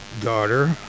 daughter